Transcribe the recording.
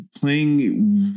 playing